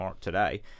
today